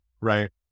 right